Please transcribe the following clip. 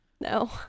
No